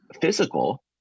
physical